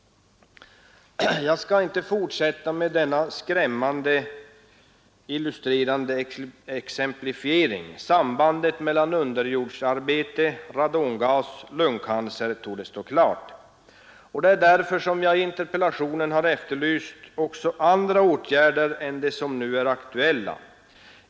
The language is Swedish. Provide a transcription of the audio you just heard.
Jag skall inte fortsätta med den skrämmande illustrerande exemplifieringen. Sambandet mellan underjordsarbete, radongas och lungcancer torde stå klart. Det är därför jag i interpellationen har efterlyst även andra åtgärder än de som nu är aktuella.